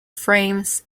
frames